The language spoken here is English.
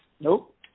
Nope